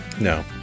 No